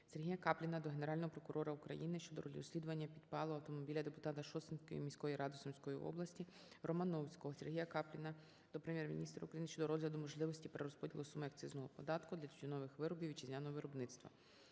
СергіяКапліна до Генерального прокурора України щодо розслідування підпалу автомобіля депутата Шосткинської міської ради Сумської області О.В. Романовського. СергіяКапліна до Прем'єр-міністра України щодо розгляду можливості перерозподілу суми акцизного податку для тютюнових виробів вітчизняного виробництва.